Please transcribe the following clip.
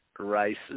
races